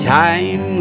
time